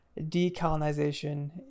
decolonization